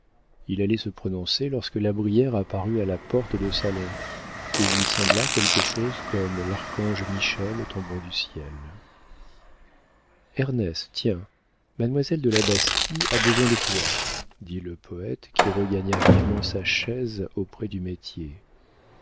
il allait se prononcer lorsque la brière apparut à la porte du salon et lui sembla quelque chose comme l'archange michel tombant du ciel ernest tiens mademoiselle de la bastie a besoin de toi dit le poëte qui regagna vivement sa chaise auprès du métier